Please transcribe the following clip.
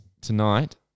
tonight